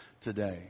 today